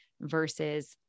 versus